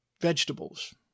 vegetables